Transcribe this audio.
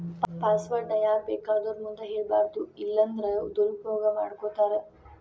password ನ ಯಾರ್ಬೇಕಾದೊರ್ ಮುಂದ ಹೆಳ್ಬಾರದು ಇಲ್ಲನ್ದ್ರ ದುರುಪಯೊಗ ಮಾಡ್ಕೊತಾರ